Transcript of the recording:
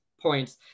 points